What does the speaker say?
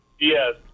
Yes